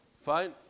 fine